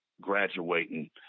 graduating